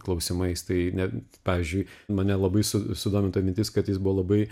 klausimais tai ne pavyzdžiui mane labai su sudomino ta mintis kad jis buvo labai